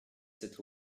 cette